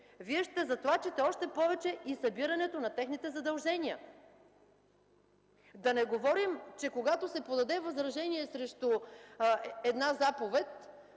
Вие ще затлачите още повече събирането на техните задължения. Да не говорим, че когато се подаде възражение срещу една заповед,